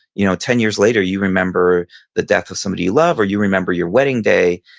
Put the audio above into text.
you know ten years later, you remember the death of somebody you love, or you remember your wedding day,